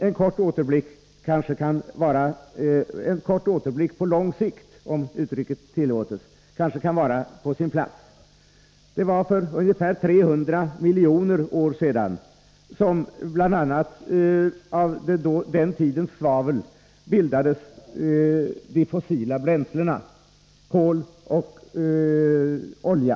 En kort återblick på lång sikt — om uttrycket tillåts — kanske kan vara på sin plats. För ungefär 300 miljoner år sedan bildades av bl.a. den tidens svavel de fossila bränslena, kol och olja.